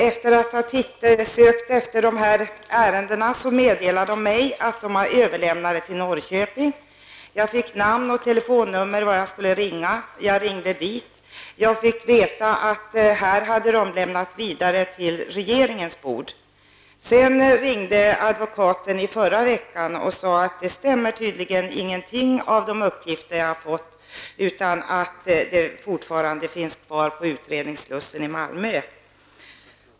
Efter att ha sökt efter ärendena meddelade man mig att de hade överlämnats till Norrköping. Jag fick namn och telefonnummer vart jag skulle ringa. Jag ringde dit och fick veta att ärendena hade lämnats vidare till regeringen. I förra veckan ringde advokaten och sade att tydligen ingenting av de uppgifter jag har fått stämmer, utan att paret fortfarande finns kvar i utredningsslussen i Malmö.